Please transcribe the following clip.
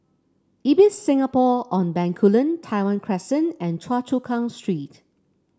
Ibis Singapore on Bencoolen Tai Hwan Crescent and Choa Chu Kang Street